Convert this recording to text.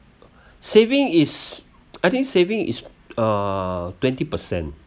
saving is I think saving is uh twenty percent